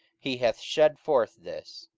he hath shed forth this,